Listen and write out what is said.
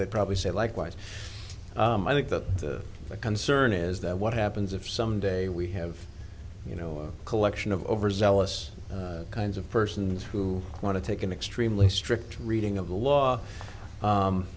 they probably said likewise i think that the concern is that what happens if someday we have you know a collection of overzealous kinds of persons who want to take an extremely strict reading of the law